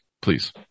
please